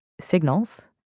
signals